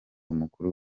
mukuru